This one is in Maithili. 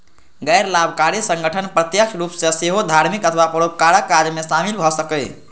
गैर लाभकारी संगठन प्रत्यक्ष रूप सं सेहो धार्मिक अथवा परोपकारक काज मे शामिल भए सकैए